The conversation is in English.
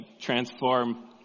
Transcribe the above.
transform